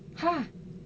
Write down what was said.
!huh!